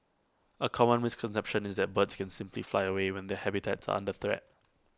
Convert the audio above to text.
A common misconception is that birds can simply fly away when their habitats under threat